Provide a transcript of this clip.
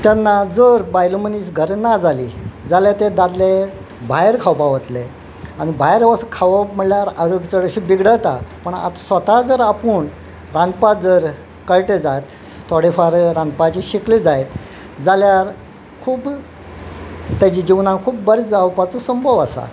तेन्ना जर बायल मनीस घर ना जाली जाल्यार ते दादले भायर खावपा वतले आनी भायर वच खावप म्हणल्यार आरोग्य चडशें बिगडता पूण आतां स्वता जर आपूण रांदपाक जर कळटा जायत थोडे फार रांदपाचें शिकले जायत जाल्यार खूब ताजे जिवनांक खूब बरें जावपाचो संभव आसा